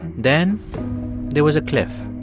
then there was a cliff.